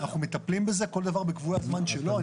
אנחנו מטפלים בזה, כל דבר בקבועת זמן שלו.